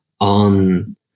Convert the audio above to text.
on